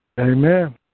Amen